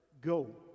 go